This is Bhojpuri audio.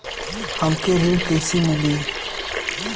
हमके ऋण कईसे मिली?